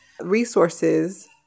resources